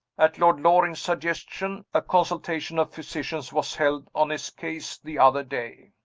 at lord loring's suggestion, a consultation of physicians was held on his case the other day.